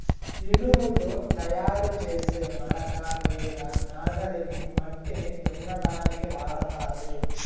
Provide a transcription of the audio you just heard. ఇనుముతో తయారు చేసే మడక లేదా నాగలిని మట్టిని దున్నటానికి వాడతారు